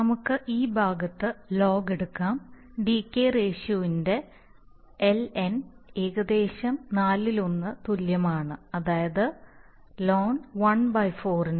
നമുക്ക് ഈ ഭാഗത്ത് ലോഗ് എടുക്കാം ഡികെയ് റേഷ്യോന്റെ ln ഏകദേശം നാലിലൊന്ന് തുല്യമാണ് അതിനാൽ ln 14 ന്